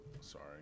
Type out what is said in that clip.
sorry